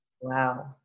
Wow